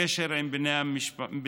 קשר עם בני משפחה,